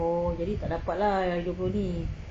oh jadi tak dapat lah dua puluh ni